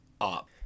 up